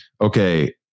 Okay